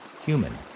human